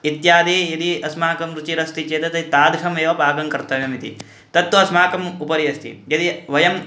इत्यादयः यदि अस्माकं रुचिरस्ति चेत् तद् तादृशमेव पाकं कर्तव्यम् इति तत्तु अस्माकम् उपरि अस्ति यदि वयं